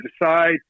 decide